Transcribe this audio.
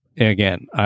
again